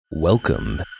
Welcome